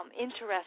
interesting